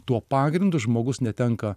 tuo pagrindu žmogus netenka